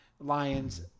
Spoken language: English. Lions